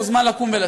מוזמן לקום ולצאת.